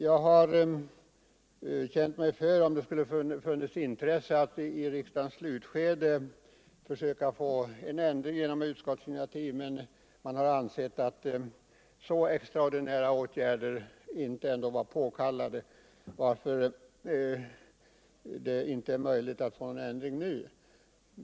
Jag har velat utröna om det förelåg intresse för att I riksmötets slutskede genom ett utskottsinitiativ försöka få en ändring i det här avseendet till stånd, men det ansågs att så extraordinära åtgärder som jag här föreslagit inte var påkallade och att det inte var möjligt att nu göra någon ändring.